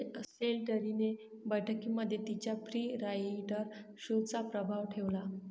Slattery ने बैठकीमध्ये तिच्या फ्री राईडर शुल्क चा प्रस्ताव ठेवला